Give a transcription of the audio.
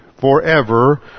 forever